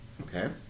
Okay